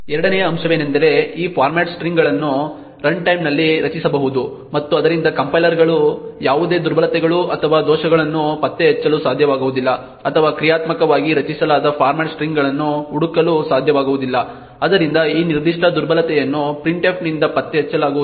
ಎರಡನೆಯ ಅಂಶವೆಂದರೆ ಈ ಫಾರ್ಮ್ಯಾಟ್ ಸ್ಟ್ರಿಂಗ್ಗಳನ್ನು ರನ್ಟೈಮ್ನಲ್ಲಿ ರಚಿಸಬಹುದು ಮತ್ತು ಆದ್ದರಿಂದ ಕಂಪೈಲರ್ಗಳು ಯಾವುದೇ ದುರ್ಬಲತೆಗಳು ಅಥವಾ ದೋಷಗಳನ್ನು ಪತ್ತೆಹಚ್ಚಲು ಸಾಧ್ಯವಾಗುವುದಿಲ್ಲ ಅಥವಾ ಕ್ರಿಯಾತ್ಮಕವಾಗಿ ರಚಿಸಲಾದ ಫಾರ್ಮ್ಯಾಟ್ ಸ್ಟ್ರಿಂಗ್ಗಳನ್ನು ಹುಡುಕಲು ಸಾಧ್ಯವಾಗುವುದಿಲ್ಲ ಆದ್ದರಿಂದ ಈ ನಿರ್ದಿಷ್ಟ ದುರ್ಬಲತೆಯನ್ನು printf ನಿಂದ ಪತ್ತೆಹಚ್ಚಲಾಗುವುದಿಲ್ಲ